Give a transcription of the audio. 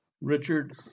Richard